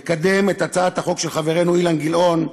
לקדם את הצעת החוק של חברנו אילן גילאון,